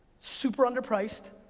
super under priced,